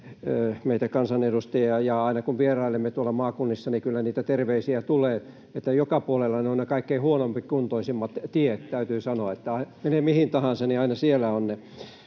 meitä kansanedustajia, ja aina kun vierailemme tuolla maakunnissa, niin kyllä niitä terveisiä tulee: joka puolella ovat ne kaikkein huonokuntoisimmat tiet. Täytyy sanoa, että menee mihin tahansa, niin aina siellä ovat ne